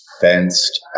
fenced